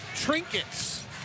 trinkets